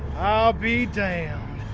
i'll be damned.